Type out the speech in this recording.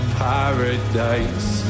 paradise